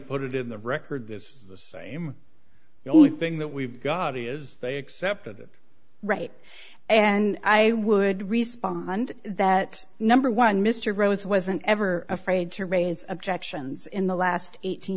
put it in the record this is the same the only thing that we've got is they accepted it right and i would respond that number one mr rose wasn't ever afraid to raise objections in the last eighteen